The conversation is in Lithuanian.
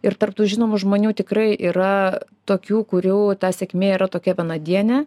ir tarp tų žinomų žmonių tikrai yra tokių kurių ta sėkmė yra tokia vienadienė